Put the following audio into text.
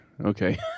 okay